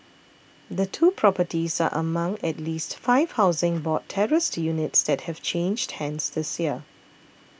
the two properties are among at least five Housing Board terraced units that have changed hands this year